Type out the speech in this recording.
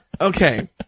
Okay